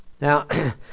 Now